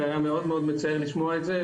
זה היה מאוד מאוד מצער לשמוע את זה,